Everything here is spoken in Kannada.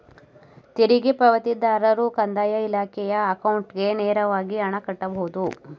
ತೆರಿಗೆ ಪಾವತಿದಾರರು ಕಂದಾಯ ಇಲಾಖೆಯ ಅಕೌಂಟ್ಗೆ ನೇರವಾಗಿ ಹಣ ಕಟ್ಟಬಹುದು